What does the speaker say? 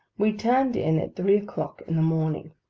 we turned in at three o'clock in the morning.